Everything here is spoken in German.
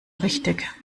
richtig